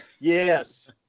Yes